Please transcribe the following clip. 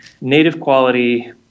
native-quality